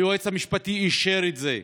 היועץ המשפטי אישר את זה.